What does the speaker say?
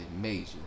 Major